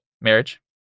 Marriage